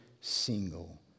single